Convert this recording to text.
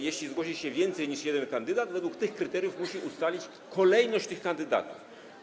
Jeśli zgłosi się więcej niż jeden kandydat, według tych kryteriów musi ustalić kolejność tych kandydatów.